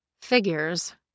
Figures